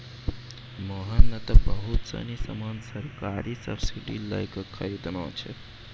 मोहन नं त बहुत सीनी सामान सरकारी सब्सीडी लै क खरीदनॉ छै